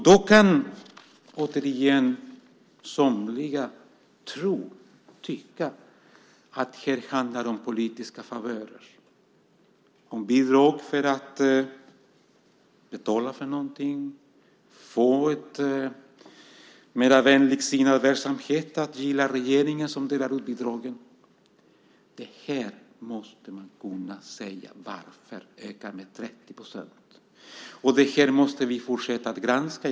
Då kan återigen somliga tro och tycka att det här handlar om politiska favörer, om bidrag för att betala för någonting och få en mer vänligt sinnad verksamhet att gilla regeringen som delar ut bidragen. Man måste kunna säga varför bidragen har ökat med 30 %. Detta måste vi fortsätta att granska.